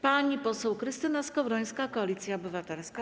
Pani poseł Krystyna Skowrońska, Koalicja Obywatelska.